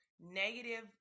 negative